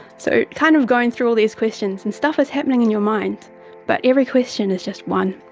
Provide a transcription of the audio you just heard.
so kind of going through all these questions and stuff is happening in your mind but every question is just one,